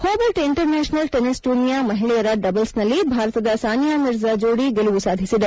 Hobart international tennis ಟೂರ್ನಿಯ ಮಹಿಳೆಯರ double ನಲ್ಲಿ ಭಾರತದ ಸಾನಿಯಾ ಮಿರ್ಜಾ ಜೋಡಿ ಗೆಲುವು ಸಾಧಿಸಿದೆ